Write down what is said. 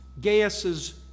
Gaius's